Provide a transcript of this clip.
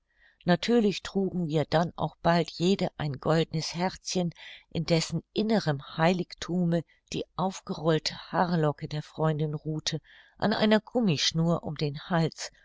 natürlich trugen wir dann auch bald jede ein goldnes herzchen in dessen innerem heiligthume die aufgerollte haarlocke der freundin ruhte an einer gummischnur um den hals